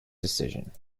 decisions